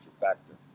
factor